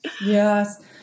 yes